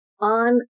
on